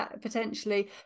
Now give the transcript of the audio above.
potentially